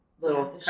little